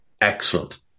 excellent